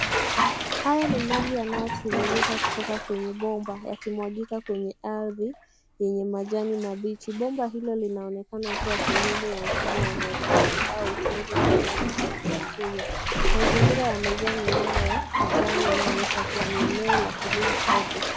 Haya ni maji yanayotiririka kutoka kwenye bomba yakimwagika kwenye ardhi yenye majani mabichi. Bomba hilo linaonekana kuwa sehemu ya mfumo wa umwagiliaji au chanzo cha maji safi ya kunywa. Mazingira yamejaa mimea ya kijani inayoonyesha kuwa ni eneo la kilimo au bustani.